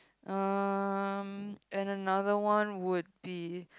um and another one would be